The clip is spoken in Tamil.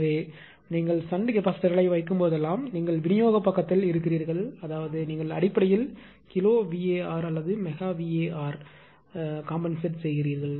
எனவே நீங்கள் ஷன்ட் கெப்பாசிட்டர்களை வைக்கும்போதெல்லாம் நீங்கள் விநியோக பக்கத்தில் இருக்கிறீர்கள் அதாவது நீங்கள் அடிப்படையில் கிலோ VAr அல்லது மெகா VAr ஐ ஈடுகட்டுகிறீர்கள்